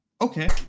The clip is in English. okay